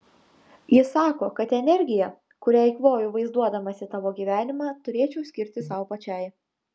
ji sako kad energiją kurią eikvoju vaizduodamasi tavo gyvenimą turėčiau skirti sau pačiai